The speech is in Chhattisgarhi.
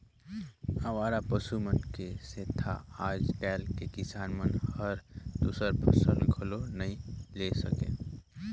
अवारा पसु मन के सेंथा आज कायल के किसान मन हर दूसर फसल घलो नई ले सके